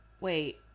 wait